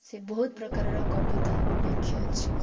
ସେ ବହୁତ ପ୍ରକାରର କବିତା ଲେଖିଅଛି